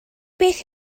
beth